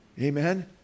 Amen